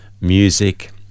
music